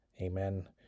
Amen